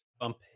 bump